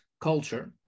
Culture